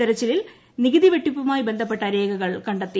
തെരച്ചിലിൽ നികുതി വെട്ടിപ്പുമായി ബന്ധപ്പെട്ട രേഖകൾ കണ്ടെത്തി